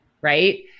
right